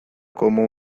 como